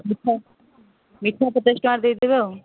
ମିଠା ମିଠା ପଚାଶ ଟଙ୍କାର ଦେଇ ଦେବେ ଆଉ